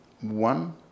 one